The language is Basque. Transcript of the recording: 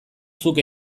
zuk